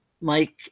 Mike